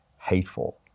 hateful